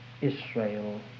Israel